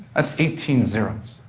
that's eighteen zeroes.